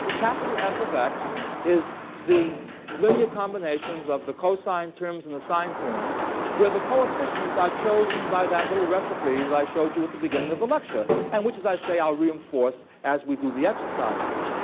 capital f of x is the linear combinations of the cosine terms and the sine terms where the coefficients are chosen by that little recipe that i showed you at the beginning of the lecture, and which, as i say, i'll reinforce as we do the exercises.